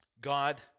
God